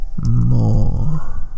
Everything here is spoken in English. more